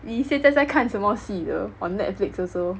你现在在看什么戏的 on Netflix also